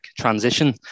transition